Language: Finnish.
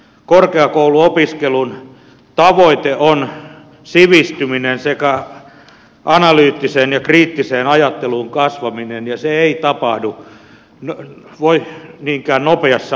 korkeakouluopiskelun tavoite on sivistyminen sekä analyyttiseen ja kriittiseen ajatteluun kasvaminen ja se ei tapahdu niinkään nopeassa aikataulussa